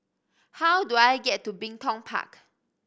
how do I get to Bin Tong Park